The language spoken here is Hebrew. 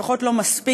לפחות לא מספיק,